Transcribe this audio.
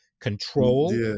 control